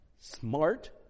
Smart